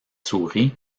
souris